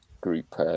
group